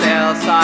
else